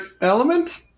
element